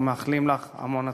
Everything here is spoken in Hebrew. ומאחלים לך המון הצלחה.